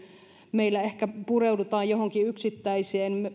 meillä ehkä pureudutaan johonkin yksittäiseen